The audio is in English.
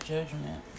judgment